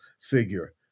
figure